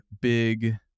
big